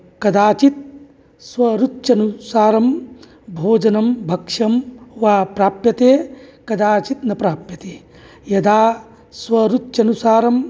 कदाचित् स्वरुच्यनुसारंं भोजनं भक्ष्यं वा प्राप्यते कदाचित् न प्राप्यते यदा स्वरुच्यनुसारं